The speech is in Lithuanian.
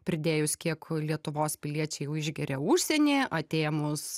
pridėjus kiek lietuvos piliečiai išgeria užsienyje atėmus